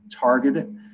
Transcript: targeted